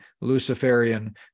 Luciferian